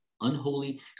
unholy